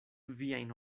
viajn